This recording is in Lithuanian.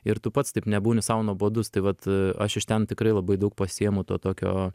ir tu pats taip nebūni sau nuobodus tai vat aš iš ten tikrai labai daug pasiimu to tokio